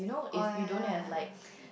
oh ya ya ya ya